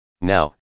Now